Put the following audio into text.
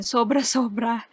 Sobra-sobra